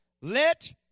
let